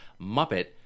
Muppet